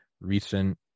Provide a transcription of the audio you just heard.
recent